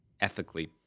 ethically